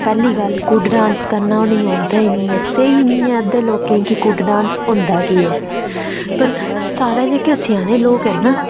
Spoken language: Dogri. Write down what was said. पैह्ली गल्ल कुड्ड डांस उ'नें गी करना ओंदा गै नेईं ऐ स्हेई बी नेईं ऐ अद्धे लोकें गी कि कुड्ड डांस होंदा केह् ऐ पर साढ़े जेह्के सेआने लोक हे ना